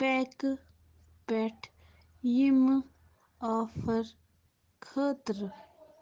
پیٚکہٕ پٮ۪ٹھ یمہٕ آفَر خٲطرٕ